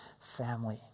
family